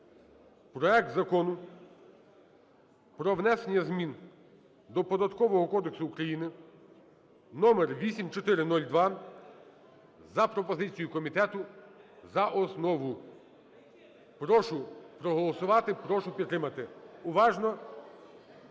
проект Закону про внесення змін до Податкового кодексу України (№ 8402) за пропозицією комітету за основу. Прошу проголосувати, прошу підтримати, уважно